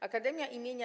Akademia im.